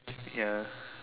ya